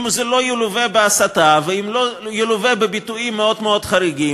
אם זה לא ילווה בהסתה ואם לא ילווה בביטויים מאוד מאוד חריגים,